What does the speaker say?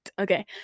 okay